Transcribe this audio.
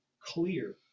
clear